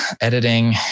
editing